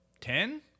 ten